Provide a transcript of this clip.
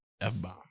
F-bomb